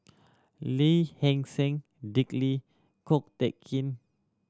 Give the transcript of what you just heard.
Lee Hee Seng Dick Lee Ko Teck Kin